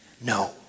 No